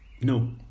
No